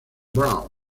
brown